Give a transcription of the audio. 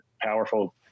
powerful